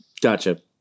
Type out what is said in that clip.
Gotcha